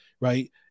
right